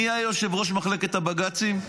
מי היה יושב-ראש מחלקת הבג"צים?